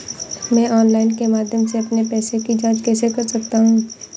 मैं ऑनलाइन के माध्यम से अपने पैसे की जाँच कैसे कर सकता हूँ?